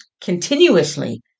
continuously